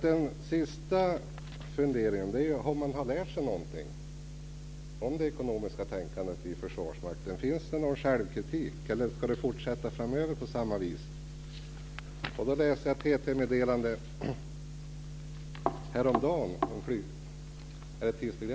Den sista funderingen gäller om man har lärt sig någonting om det ekonomiska tänkandet i Försvarsmakten. Finns det någon självkritik, eller ska det fortsätta på samma vis framöver?